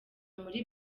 muri